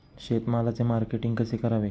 शेतमालाचे मार्केटिंग कसे करावे?